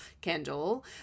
Kendall